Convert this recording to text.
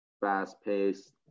fast-paced